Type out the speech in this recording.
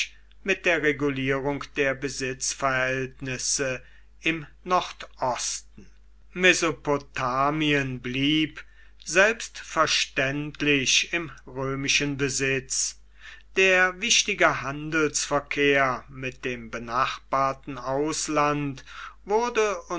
mit der regulierung der besitzverhältnisse im nordosten mesopotamien blieb selbstverständlich im römischen besitz der wichtige handelsverkehr mit dem benachbarten ausland wurde